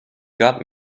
got